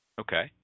Okay